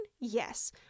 Yes